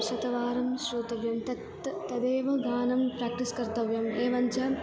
शतवारं श्रोतव्यं तत् तदेव गानं प्राक्टिस् कर्तव्यम् एवञ्च